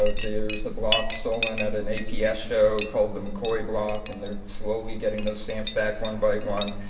ah there's a block stolen at an aps show called the mccoy block and they're slowly getting those stamps back one by one.